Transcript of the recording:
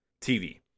TV